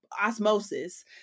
osmosis